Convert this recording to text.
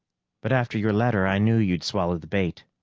but after your letter, i knew you'd swallow the bait.